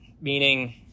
meaning